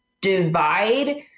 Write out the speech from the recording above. divide